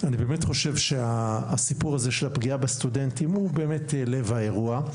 אני באמת חושב שהסיפור הזה של הפגיעה בסטודנטים הוא באמת לב האירוע,